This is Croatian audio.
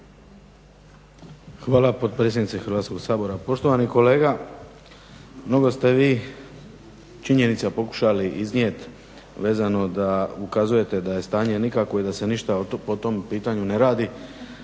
Hvala potpredsjednice Hrvatskog sabora. Poštovani kolega mnogo ste vi činjenica pokušali iznijet vezano da ukazujete da je stanje nikakvo i da se ništa po tom pitanju ne radi.